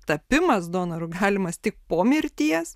tapimas donoru galimas tik po mirties